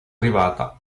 arrivata